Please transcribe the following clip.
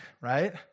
right